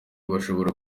bashobora